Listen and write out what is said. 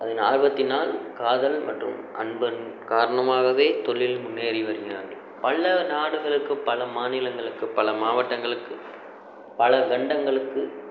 அதன் ஆர்வத்தினால் காதல் மற்றும் அன்பின் காரணமாகவே தொழிலில் முன்னேறி வருகிறார்கள் பல நாடுகளுக்கு பல மாநிலங்களுக்கு பல மாவட்டங்களுக்கு பல கண்டங்களுக்கு